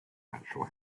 natural